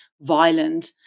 violent